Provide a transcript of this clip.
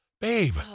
Babe